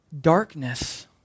Darkness